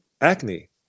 acne